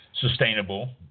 sustainable